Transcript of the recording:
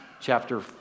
chapter